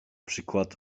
przykład